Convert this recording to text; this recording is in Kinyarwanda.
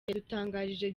yadutangarije